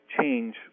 change